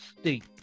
state